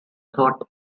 thought